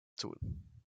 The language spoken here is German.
tun